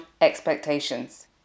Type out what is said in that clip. expectations